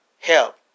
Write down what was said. help